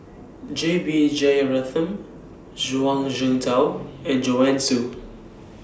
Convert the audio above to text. J B Jeyaretnam Zhuang Shengtao and Joanne Soo